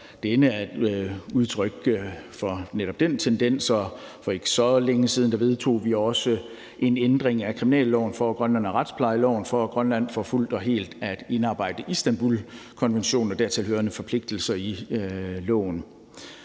før denne er udtryk for netop den tendens, og for ikke så længe siden vedtog vi også en ændring af kriminalloven for Grønland og retsplejeloven for Grønland for fuldt og helt at indarbejde Istanbulkonventionen og dertilhørende forpligtelser i loven.